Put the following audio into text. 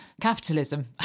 capitalism